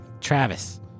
Travis